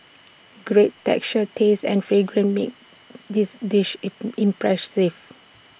great texture taste and fragrance make this dish IT impressive